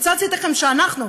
כיצד זה ייתכן שאנחנו,